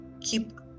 keep